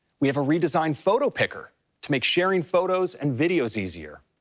we have a redesigned photo picker to make sharing photos and videos easier.